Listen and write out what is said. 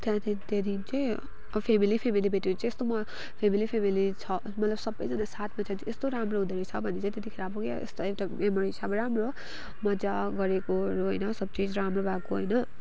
त्यहाँदेखि त्यहाँदेखि चाहिँ फेमिली फेमेली भेटेर चाहिँ स्तो म फेमेली फेमेली छ मतलब सबैजना साथमा छ भने चाहिँ यस्तो राम्रो हुँदो रहेछ भन्ने चाहिँ तेत्तिखेर अब क्या यस्तो एउटा मेमोरी हिसाबले राम्रो मज्जा गरेकोहरू होइन सब चिज राम्रो भएको होइन